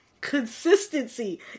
consistency